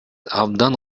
абдан